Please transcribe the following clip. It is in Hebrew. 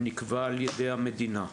נקבעים על ידי המדינה.